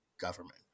government